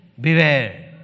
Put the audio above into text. beware